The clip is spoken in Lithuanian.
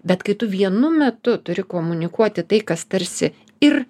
bet kai tu vienu metu turi komunikuoti tai kas tarsi ir